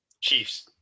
Chiefs